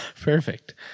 Perfect